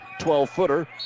12-footer